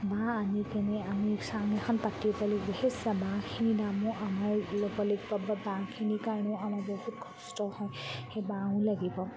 বাঁহ আনিকেনে আমি চাঙি এখন পাতিব লাগিব সেই বাঁহখিনিৰ দামো আমাৰ ল'ব লাগিব বাঁহখিনিৰ কাৰণেও আমাৰ বহুত কষ্ট হয় সেই বাঁহো লাগিব